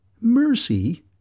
Mercy